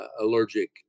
allergic